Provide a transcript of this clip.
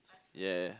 ya